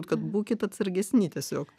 kad būkit atsargesni tiesiog